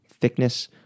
thickness